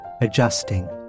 adjusting